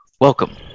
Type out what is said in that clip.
welcome